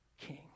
king